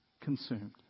consumed